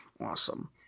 Awesome